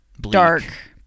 dark